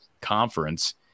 conference